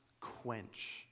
quench